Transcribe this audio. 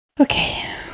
Okay